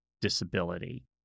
disability